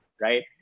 right